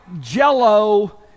jello